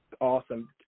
Awesome